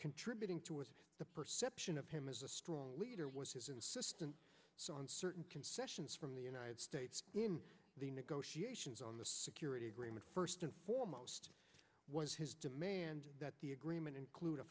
contributing to the perception of him as a strong leader was his insistence on certain concessions from the united states in the negotiations on the security agreement first and foremost was his demand that the agreement include a